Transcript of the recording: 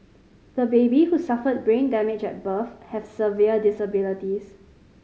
the baby who suffered brain damage at birth has severe disabilities